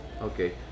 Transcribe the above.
Okay